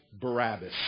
Barabbas